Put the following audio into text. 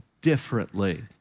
differently